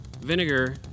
vinegar